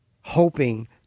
hoping